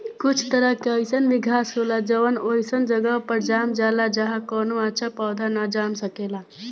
कुछ तरह के अईसन भी घास होला जवन ओइसन जगह पर जाम जाला जाहा कवनो अच्छा पौधा ना जाम सकेला